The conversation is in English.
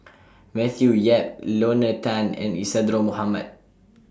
Matthew Yap Lorna Tan and Isadhora Mohamed